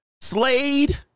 Slade